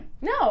No